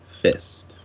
Fist